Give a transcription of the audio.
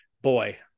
Boy